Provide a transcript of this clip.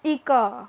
一个